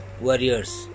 warriors